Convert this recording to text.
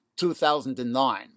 2009